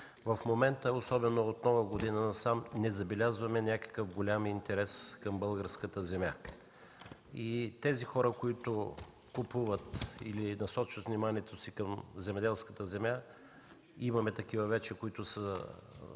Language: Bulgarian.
В момента, особено от Нова година насам, не забелязваме някакъв голям интерес към българската земя. Тези хора, които купуват или насочват вниманието си към земеделската земя, имаме вече такива, които са